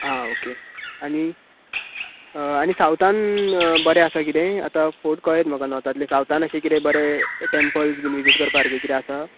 आं ओके आनी आनी सावथान बरें आसा कितें आतां सावथान अशें कितें बरे टेंपल्स बी विजिट करपा सारके कितें आसा